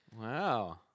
Wow